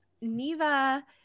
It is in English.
Neva